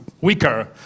weaker